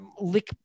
lick